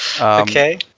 Okay